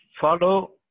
Follow